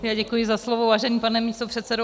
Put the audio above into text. Děkuji za slovo, vážený pane místopředsedo.